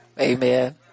Amen